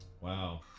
Wow